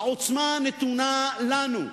העוצמה נתונה לנו,